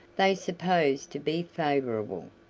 they supposed to be favorable.